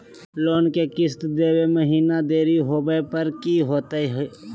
Loan के किस्त देवे महिना देरी होवे पर की होतही हे?